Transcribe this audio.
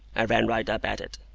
i ran right up at it,